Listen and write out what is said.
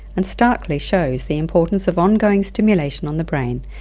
and starkly shows the importance of ongoing stimulation on the brain,